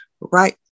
right